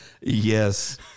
Yes